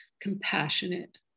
compassionate